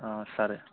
సరే